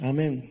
Amen